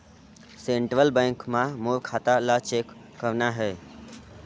Central bank मां मोर खाता ला चेक करना हे?